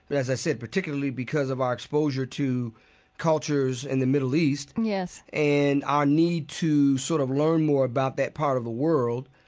but as i said, particularly because of our exposure to cultures in the middle east and our need to sort of learn more about that part of the world,